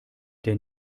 der